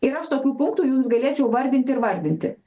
ir aš tokių punktų jums galėčiau vardinti ir vardinti